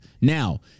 Now